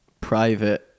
private